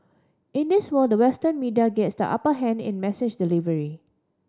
in this world the Western media gets the upper hand in message delivery